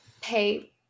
pay